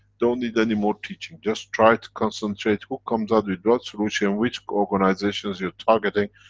don't need anymore teaching, just try to concentrate who comes out with what solution, which organizations you're targeting,